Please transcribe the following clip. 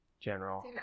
general